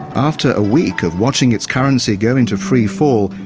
after a week of watching its currency go into freefall,